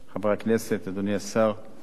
חברי הכנסת, אדוני השר,